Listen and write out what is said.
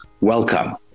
welcome